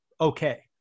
Okay